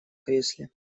кресле